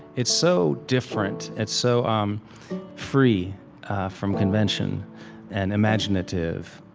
it's so different. it's so um free from convention and imaginative.